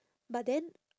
but then